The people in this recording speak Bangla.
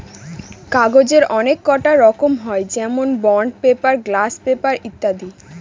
কাগজের অনেককটা রকম হয় যেমন বন্ড পেপার, গ্লাস পেপার ইত্যাদি